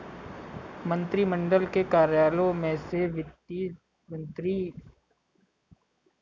मंत्रिमंडल के कार्यालयों में से वित्त मंत्री सरकार की राजकोषीय नीति के लिए जिम्मेदार है